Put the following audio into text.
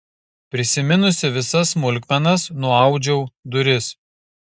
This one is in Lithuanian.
prisiminusi visas smulkmenas nuaudžiau duris